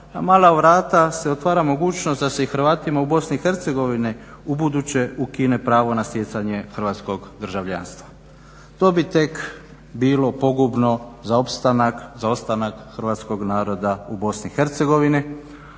mala vrata se otvara mogućnost da se i Hrvatima u Bosni i Hercegovini ubuduće ukine pravo na sjecanje hrvatskog državljanstva. To bi tek bilo pogubno za opstanak, za ostanak Hrvatskog naroda u Bosni